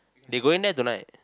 they going there tonight